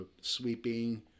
sweeping